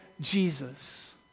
Jesus